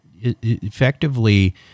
effectively